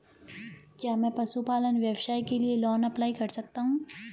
क्या मैं पशुपालन व्यवसाय के लिए लोंन अप्लाई कर सकता हूं?